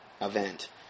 event